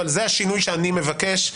אבל זה השינוי שאני מבקש,